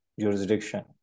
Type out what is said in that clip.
jurisdiction